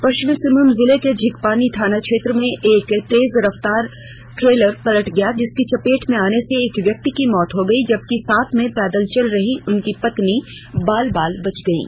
पश्चिमी सिंहभूम जिले के झींकपानी थाना क्षेत्र में एक तेज रफ्तार ट्रेलर पलट गया जिसकी चपेट में आने से एक व्यक्ति की मौत हो गई जबकि साथ में पैदल चल रही उसकी पत्नी बाल बाल बच गयी